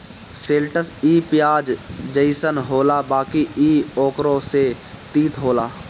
शैलटस इ पियाज जइसन होला बाकि इ ओकरो से तीत होला